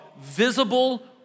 visible